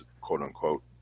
quote-unquote